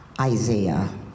Isaiah